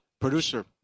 Producer